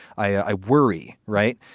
i worry. right.